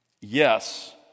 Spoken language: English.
yes